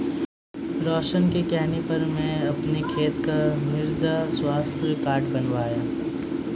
रोशन के कहने पर मैं अपने खेत का मृदा स्वास्थ्य कार्ड बनवाया